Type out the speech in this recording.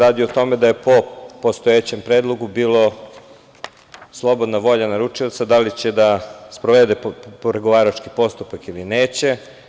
Radi se o tome da je po postojećem predlogu bilo slobodna volja naručioca da li će da sprovede pregovarački postupak ili neće.